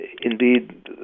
Indeed